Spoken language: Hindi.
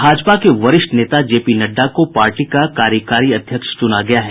भाजपा के वरिष्ठ नेता जे पी नड्डा को पार्टी का कार्यकारी अध्यक्ष चुना गया है